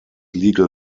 legal